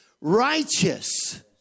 righteous